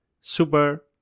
super